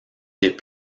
des